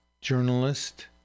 journalist